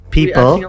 People